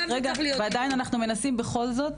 ועדיין אנחנו מנסים בכל זאת,